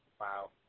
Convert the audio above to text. Wow